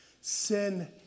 Sin